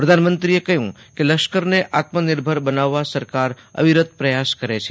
પ્રધાનમંત્રીએ કહ્યું કે લશ્કરને આત્મનિર્ભર બનાવવા સરકાર અવિરત પ્રયાસ કરે છે